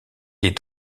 est